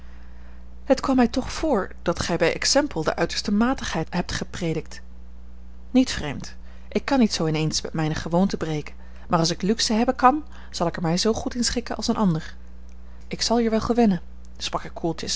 het kwam mij toch voor dat gij bij exempel de uiterste matigheid hebt gepredikt niet vreemd ik kan niet zoo in eens met mijne gewoonte breken maar als ik luxe hebben kan zal ik er mij zoo goed in schikken als een ander ik zal hier wel gewennen sprak ik